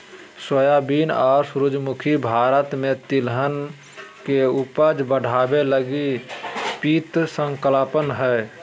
soybean और सूरजमुखी भारत में तिलहन के उपज बढ़ाबे लगी पीत संकल्पना हइ